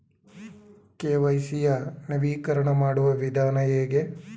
KYC ಯ ನವೀಕರಣ ಮಾಡುವ ವಿಧಾನ ಹೇಗೆ?